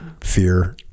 fear